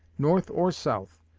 north or south,